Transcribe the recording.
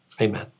Amen